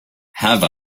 have